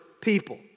people